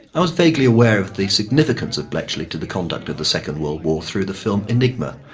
i was vaguely aware of the significance of bletchley to the conduct of the second world war through the film, enigma,